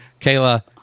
kayla